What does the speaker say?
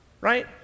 right